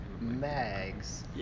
Mags